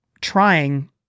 trying